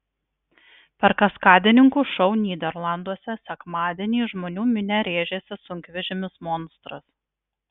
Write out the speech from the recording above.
per kaskadininkų šou nyderlanduose sekmadienį į žmonų minią rėžėsi sunkvežimis monstras